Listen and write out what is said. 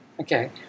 Okay